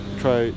try